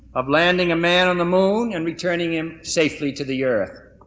of landing a man on the moon and returning him safely to the earth.